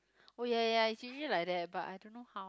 oh ya ya ya is usually like that but I don't know how